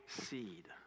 seed